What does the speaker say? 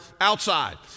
outside